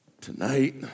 tonight